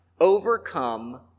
overcome